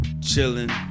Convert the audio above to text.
chilling